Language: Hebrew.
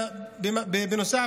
בנוסף,